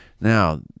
Now